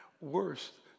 worse